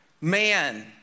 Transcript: man